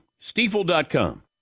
Stiefel.com